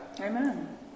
Amen